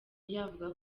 yavuga